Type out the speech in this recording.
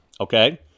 okay